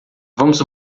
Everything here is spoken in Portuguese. vamos